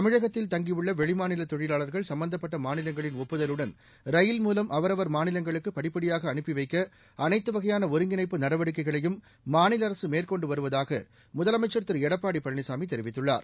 தமிழகத்தில் தங்கியுள்ள வெளி மாநில தொழிலாளர்கள் சம்பந்தப்பட்ட மாநிலங்களின் ஒப்புதலுடன் ரயில் மூலம் அவரவர் மாநிலங்களுக்கு படிப்படியாக அனுப்பி அவைக்க அளைத்து வகையாள ஒருங்கிணைப்பு நடவடிக்கைகளையும் மாநில அரசு மேற்கொண்டு வருவதாக முதலமைச்ச் திரு எடப்பாடி பழனிசாமி தெரிவித்துள்ளார்